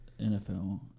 NFL